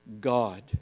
God